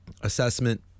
assessment